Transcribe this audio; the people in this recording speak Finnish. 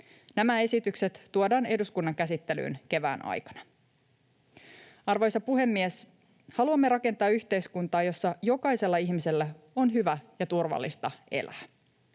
Nämä esitykset tuodaan eduskunnan käsittelyyn kevään aikana. Arvoisa puhemies! Haluamme rakentaa yhteiskuntaa, jossa jokaisella ihmisellä on hyvä ja turvallista elää.